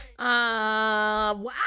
Wow